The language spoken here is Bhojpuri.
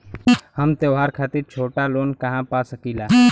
हम त्योहार खातिर छोटा लोन कहा पा सकिला?